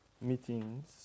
meetings